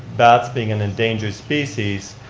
bats being an endangered species,